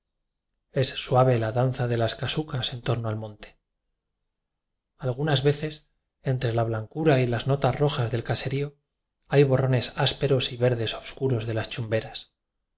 es suave la danza de las casucas en torno al monte algunas veces entre la blancura y las notas rojas del caserío hay borrones ás peros y verdes obscuros de las chumbe